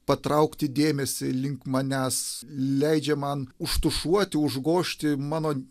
patraukti dėmesį link manęs leidžia man užtušuoti užgožti mano